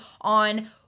on